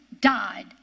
died